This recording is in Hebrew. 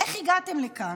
איך הגעתם לכאן,